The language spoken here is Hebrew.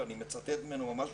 ואני מצטט ממנו: